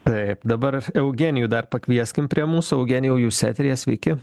taip dabar eugenijų dar pakvieskim prie mūsų eugenijau jūs eteryje sveiki